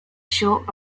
short